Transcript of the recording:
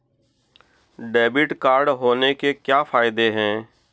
Debit card होने के क्या फायदे हैं?